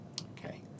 Okay